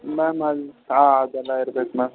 ma'am ಅದು ಹಾಂ ಅದೆಲ್ಲ ಇರ್ಬೇಕು ಮ್ಯಾಮ್